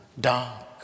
dark